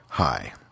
Hi